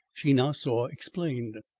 she now saw explained.